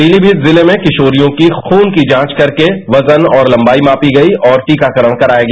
पीलीमीत जिले में किशोरियों की खून की जांच करके वजन और तबाई मापी गई और टीकाकरण कराया गया